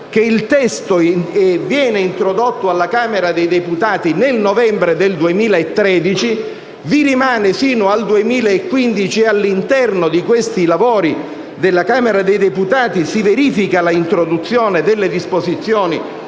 che il testo viene introdotto alla Camera dei deputati nel novembre 2013, vi rimane sino al 2015 e, all'interno dei lavori della Camera dei deputati, si verifica la introduzione delle disposizioni